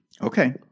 Okay